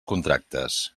contractes